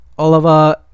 Oliver